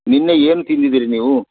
ನಿನ್ನೆ ಏನು ತಿಂದಿದ್ದಿರಿ ನೀವು